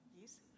Yes